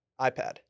iPad